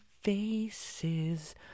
faces